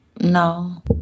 No